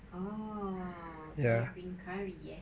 ah thai green curry eh